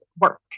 work